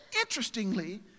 interestingly